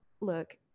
look